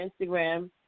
Instagram